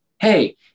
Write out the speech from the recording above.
Hey